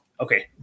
okay